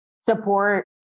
support